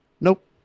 Nope